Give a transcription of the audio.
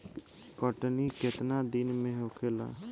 कटनी केतना दिन में होखेला?